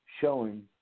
Showing